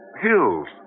hills